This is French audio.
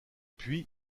puis